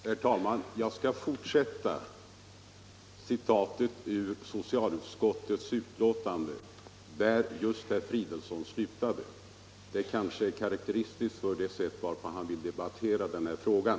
Herr talman! Jag skall fortsätta citatet ur socialutskottets utlåtande där herr Fridolfsson slutade — att han stannade just där är kanske karakteristiskt för det sätt varpå han vill debattera den här frågan.